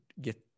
get